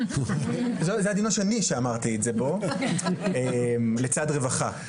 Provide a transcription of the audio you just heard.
זה הדיון השני שאמרתי את זה בו לצד רווחה,